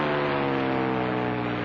or